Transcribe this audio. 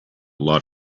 lot